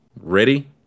ready